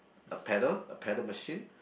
a paddle a paddle machine